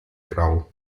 grau